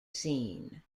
scene